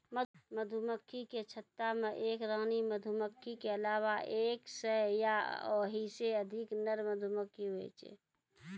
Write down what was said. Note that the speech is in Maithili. मधुमक्खी के छत्ता मे एक रानी मधुमक्खी के अलावा एक सै या ओहिसे अधिक नर मधुमक्खी हुवै छै